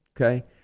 Okay